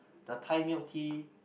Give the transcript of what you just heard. the Thai milk tea